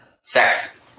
sex